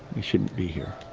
we shouldn't be here.